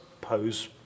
pose